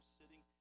sitting